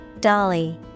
Dolly